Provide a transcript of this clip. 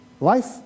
Life